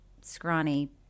scrawny